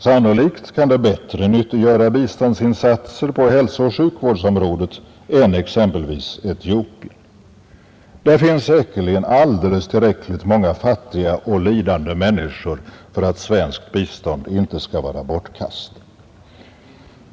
Sannolikt kan det bättre nyttiggöra biståndsinsatser på hälsooch sjukvårdsområdet än exempelvis Etiopien. Där finns säkerligen alldeles tillräckligt många fattiga och lidande människor för att svenskt bistånd inte skall vara bortkastat.